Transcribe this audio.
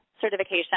certification